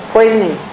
Poisoning